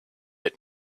had